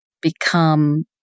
become